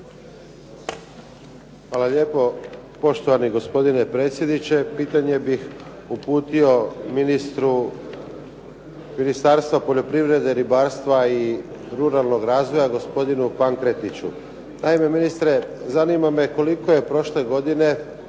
Hvala lijepo, poštovani gospodine predsjedniče. Pitanje bih uputio ministru Ministarstva poljoprivrede, ribarstva i ruralnog razvoja, gospodinu Pankretiću. Naime ministre, zanima me koliko je prošle godine